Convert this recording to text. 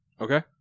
Okay